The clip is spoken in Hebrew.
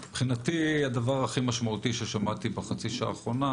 אבל מבחינתי הדבר הכי משמעותי ששמעתי בחצי השעה האחרונה